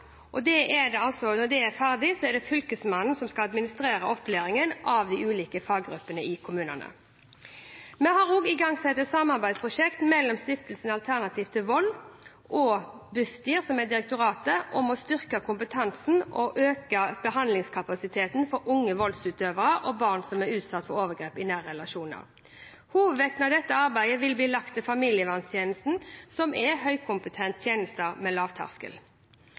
Når dette er ferdig, er det fylkesmannen som skal administrere opplæring av ulike faggrupper i kommunene. Vi har også igangsatt et samarbeidsprosjekt mellom stiftelsen Alternativ til Vold og Bufdir – som er direktoratet – om å styrke kompetansen og øke behandlingskapasiteten for unge voldsutøvere og barn som er utsatt for overgrep i nære relasjoner. Hovedvekten av dette arbeidet vil bli lagt til familieverntjenesten, som er en høykompetent tjeneste med